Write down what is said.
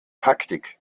taktik